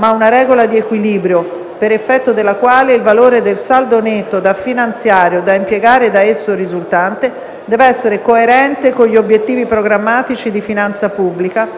a una regola di equilibrio, per effetto della quale il valore del saldo netto da finanziare o da impiegare da esso risultante deve essere coerente con gli obiettivi programmatici di finanza pubblica;